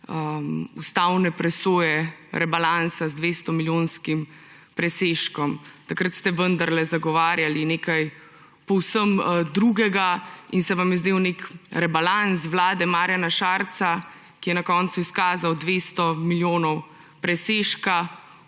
ustavne presoje rebalansa z 200-milijonskim presežkom. Takrat ste vendarle zagovarjali nekaj povsem drugega in se vam je zdel nek rebalans vlade Marjana Šarca, ki je na koncu izkazal 200 milijonov presežka,